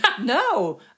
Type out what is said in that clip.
No